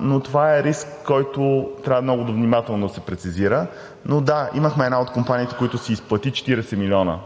но това е риск, който трябва много внимателно да се прецизира. Да, имахме една от компаниите, които си изплати 40 милиона